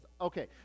Okay